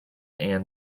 ann